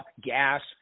gas